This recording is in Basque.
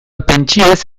pentsioez